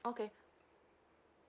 okay